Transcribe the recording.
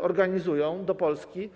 organizują do Polski.